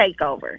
takeover